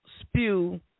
spew